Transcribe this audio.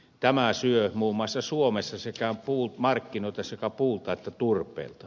tämä syö muun muassa suomessa markkinoita sekä puulta että turpeelta